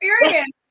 experience